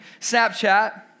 Snapchat